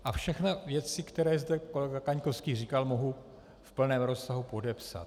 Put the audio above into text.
A všechny věci, které zde kolega Kaňkovský říkal, mohu v plném rozsahu podepsat.